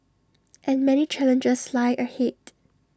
and many challenges lie ahead